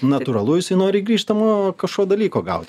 natūralu jisai nori grįžtamojo kažko dalyko gaut